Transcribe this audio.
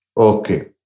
Okay